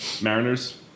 Mariners